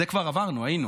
את זה כבר עברנו, היינו.